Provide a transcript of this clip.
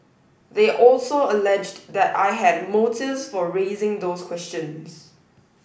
they also alleged that I had motives for raising those questions